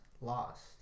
lost